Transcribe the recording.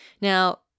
Now